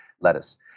lettuce